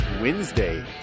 Wednesday